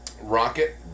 Rocket